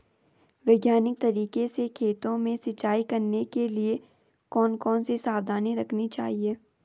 वैज्ञानिक तरीके से खेतों में सिंचाई करने के लिए कौन कौन सी सावधानी रखनी चाहिए?